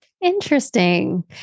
interesting